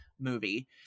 movie